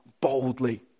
boldly